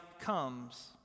comes